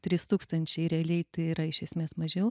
trys tūkstančiai realiai tai yra iš esmės mažiau